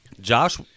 Josh